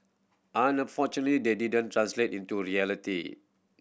unfortunately they didn't translate into reality